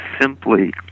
simply